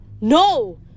No